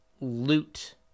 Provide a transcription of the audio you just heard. loot